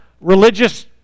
religious